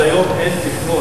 אבל עד היום אין פתרון.